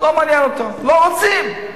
לא מעניין אותם, לא רוצים.